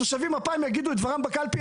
התושבים הפעם יגידו את דברם בקלפי.